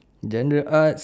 genre art